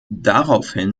daraufhin